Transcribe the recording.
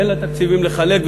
אין לה תקציבים לחלק,